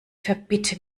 verbitte